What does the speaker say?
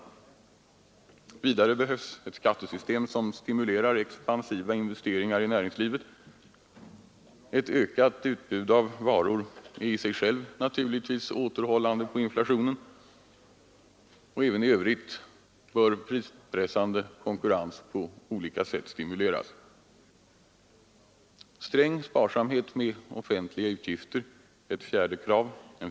För det tredje behöver vi ett skattesystem som stimulerar expansiva investeringar i näringslivet. Ett ökat utbud av varor är i sig självt naturligtvis återhållande på inflationen. Även i övrigt bör prispressande konkurrens på olika sätt stimuleras. Sträng sparsamhet med offentliga utgifter är en fjärde riktlinje.